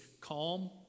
calm